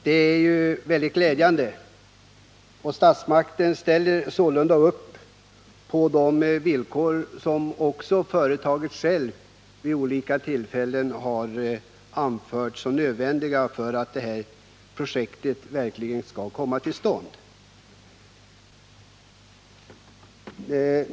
Det är mycket glädjande att statsmakten sålunda ställer upp på de villkor som företaget självt vid olika tillfällen anfört som nödvändiga för att det här projektet skall komma till stånd.